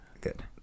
good